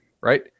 right